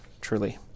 truly